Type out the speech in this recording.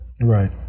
Right